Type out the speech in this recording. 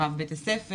רב בית הספר,